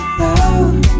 love